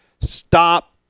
Stop